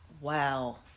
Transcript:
Wow